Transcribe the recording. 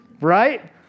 Right